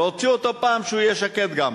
להוציא אותו פעם שהוא יהיה שקט גם.